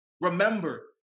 Remember